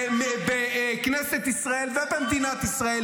בכנסת ישראל ובמדינת ישראל,